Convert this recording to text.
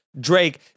Drake